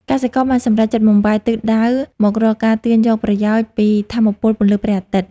កសិករបានសម្រេចចិត្តបង្វែរទិសដៅមករកការទាញយកប្រយោជន៍ពីថាមពលពន្លឺព្រះអាទិត្យ។